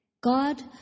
God